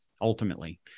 ultimately